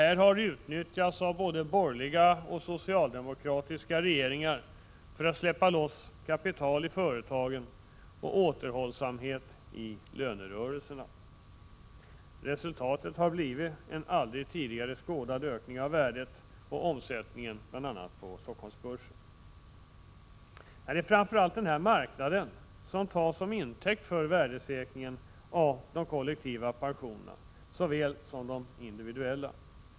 Detta har utnyttjats av både borgerliga och socialdemokratiska regeringar för att släppa loss kapital i företagen och skapa återhållsamhet i lönerörelserna. Resultatet har blivit en aldrig tidigare skådad ökning av värdet och omsättningen bl.a. på Stockholmsbörsen. Det är framför allt denna marknad som tas i anspråk för värdesäkringen av såväl de kollektiva som de individuella pensionerna.